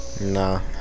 Nah